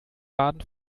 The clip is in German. baden